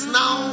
now